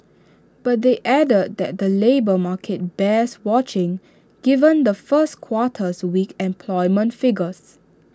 but they added that the labour market bears watching given the first quarter's weak employment figures